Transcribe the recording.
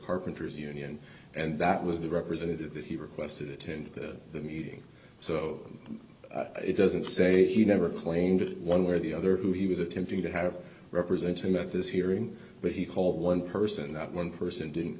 carpenters union and that was the representative that he requested attended the meeting so it doesn't say he never claimed it one way or the other who he was attempting to have represented at this hearing but he called one person that one person didn't